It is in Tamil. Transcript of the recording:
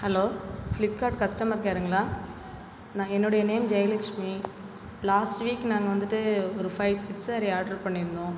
ஹலோ ஃப்ளிப்கார்ட் கஸ்டமர் கேருங்களா நான் என்னுடைய name Jayalakshmi last week நாங்கள் வந்துட்டு ஒரு ஃபைவ் செட் சேரீ ஆர்டர் பண்ணியிருந்தோம்